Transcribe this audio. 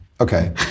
Okay